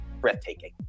breathtaking